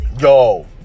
Yo